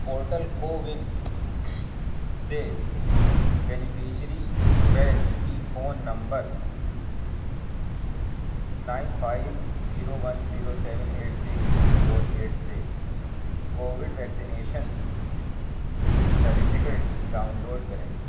portal CoWIN سے beneficiary Faiz کی phone number nine five zero one zero seven eight six two four eight سے covid vaccination certificate download کریں